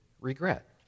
regret